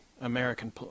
american